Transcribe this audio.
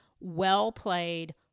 well-played